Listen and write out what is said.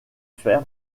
fer